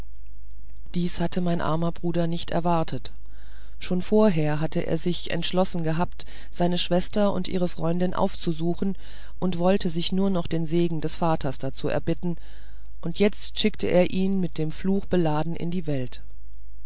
dies hatte mein armer bruder nicht erwartet schon vorher hatte er sich entschlossen gehabt seine schwester und ihre freundin aufzusuchen und wollte sich nur noch den segen des vaters dazu erbitten und jetzt schickte er ihn mit dem fluch beladen in die welt